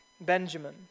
Benjamin